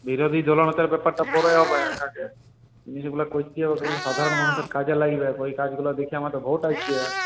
বিরোধী দলনেতার ব্যাপারটা পরে হবে আগে যেগুলো করতে হবে সাধারণ মানুষের কাজে লাগবে ওই কাজগুলো দেখিয়ে আমাদের ভোট আসবে